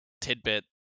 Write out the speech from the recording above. tidbit